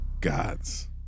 God's